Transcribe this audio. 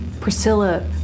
Priscilla